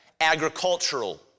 Agricultural